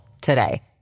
today